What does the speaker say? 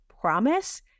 promise